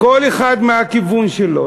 כל אחד מהכיוון שלו,